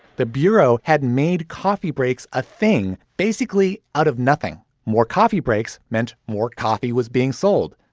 the bureau had made coffee breaks, a thing basically out of nothing. more coffee breaks meant more coffee was being sold.